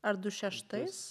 ar du šeštais